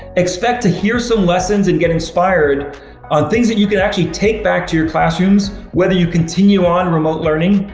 expect to hear some lessons and get inspired on things that you can actually take back to your classrooms, whether you continue on remote learning,